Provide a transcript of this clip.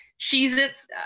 Cheez-Its